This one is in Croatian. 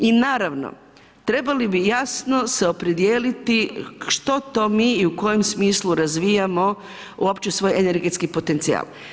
I naravno, trebali bi jasno se opredijeliti, što to mi i u kojem smislu razvijamo uopće svoj energetski potencijal.